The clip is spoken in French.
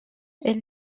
elle